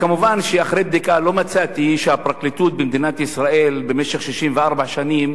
כמובן שאחרי בדיקה לא מצאתי שהפרקליטות במדינת ישראל במשך 64 שנים